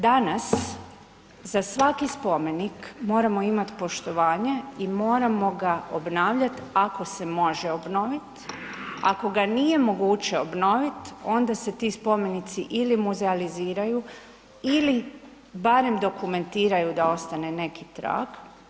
Danas, za svaki spomenik moramo imati poštovanje i moramo ga obnavljati, ako se može obnovit, ako ga nije moguće obnovit onda se ti spomenici ili muzealiziraju ili barem dokumentiraju da ostane neki trag.